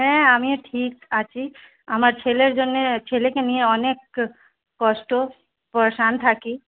হ্যাঁ আমিও ঠিক আছি আমার ছেলের জন্যে ছেলেকে নিয়ে অনেক কষ্ট পরেশান থাকি